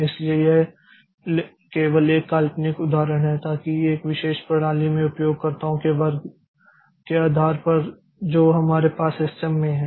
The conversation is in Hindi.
इसलिए यह केवल एक काल्पनिक उदाहरण है ताकि एक विशेष प्रणाली में उपयोगकर्ताओं के वर्ग के आधार पर हो जो हमारे पास सिस्टम में है